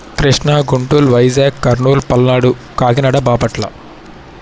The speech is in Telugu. కృష్ణ గుంటూర్ వైజాగ్ కర్నూల్ పల్నాడు కాకినాడ బాపట్ల